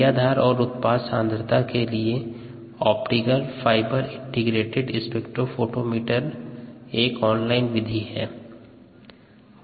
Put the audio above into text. क्रियाधार और उत्पाद सांद्रता के लिए ऑप्टिकल फाइबर इंटीग्रेटेड स्पेक्ट्रोफोटोमीटर एक ऑन लाइन विधि है